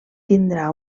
tindrà